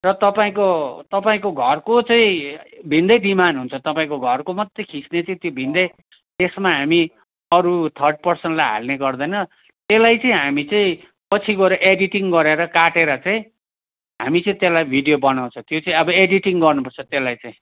र तपाईँको तपाईँको घरको चाहिँ भिन्दै डिमान्ड हुन्छ तपाईँको घरको मात्रै खिच्ने चाहिँ त्यो भिन्दै त्यसमा हामी अरू थर्ड पर्सनलाई हाल्ने गर्दैन त्यसलाई चाहिँ हामी चाहिँ पछि गएर एडिटिङ गरेर काटेर चाहिँ हामी त्यसलाई भिडियो बनाउँछौँ त्यो चाहिँ अब एडिटिङ गर्नुपर्छ त्यसलाई चाहिँ